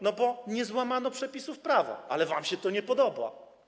No bo nie złamano przepisów prawa, ale wam się to nie podoba.